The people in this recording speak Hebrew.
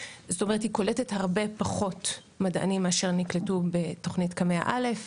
זאת אומרת היא קולטת הרבה פחות מדענים מאשר נקלטו בתוכנית קמ"ע א'.